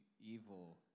evil